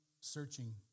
searching